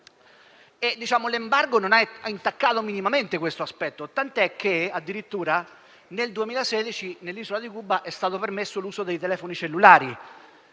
L'embargo non ha intaccato minimamente questo aspetto, tant'è che addirittura solo nel 2016 nell'isola di Cuba è stato permesso l'uso dei telefoni cellulari.